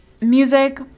music